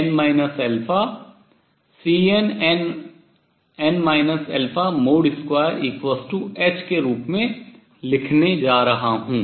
2h के रूप में लिखने जा रहा हूँ